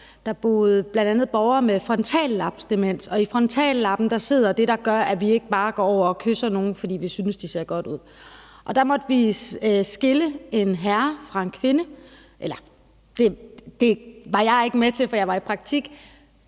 Der boede bl.a. borgere med frontallapsdemens, og i frontallappen sidder det, der gør, at vi ikke bare går over og kysser nogen, fordi vi synes, at de ser godt ud. Der måtte vi skille en herre fra en kvinde; ellerdet var jeg var ikke med til, for jeg var i praktik.